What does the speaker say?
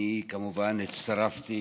אני כמובן הצטרפתי